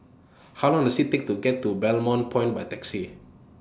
How Long Does IT Take to get to Balmoral Point By Taxi